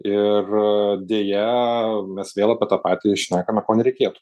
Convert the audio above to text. ir deja mes vėl apie tą patį šnekame ko nereikėtų